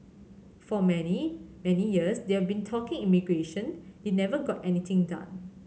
for many many years they've been talking immigration they never got anything done